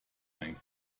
einen